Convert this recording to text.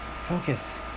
Focus